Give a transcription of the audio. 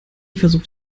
versucht